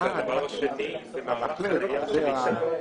וזו כמובן אחת הבעיות שצריכות לרדת.